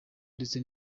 ndetse